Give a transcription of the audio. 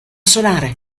solare